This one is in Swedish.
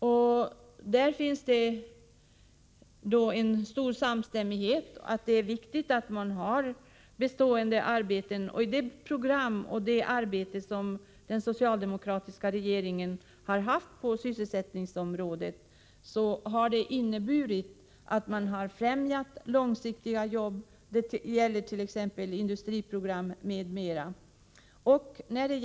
På den punkten råder det stor samstämmighet. Det är viktigt att det finns bestående arbeten. Socialdemokraternas program och insatser på sysselsättningsområdet har ju inneburit att långsiktiga jobb främjats. Det gäller industriprogram m.m.